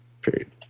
Period